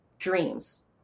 dreams